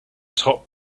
top